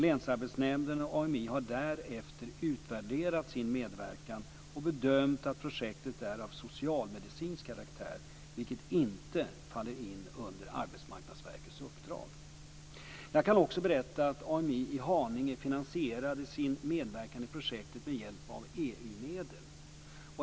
Länsarbetsnämnden och AMI har därefter utvärderat sin medverkan och bedömt att projektet är av socialmedicinsk karaktär, vilket inte faller in under Arbetsmarknadsverkets uppdrag. Jag kan också berätta att AMI i Haninge finansierade sin medverkan i projektet med hjälp av EU medel.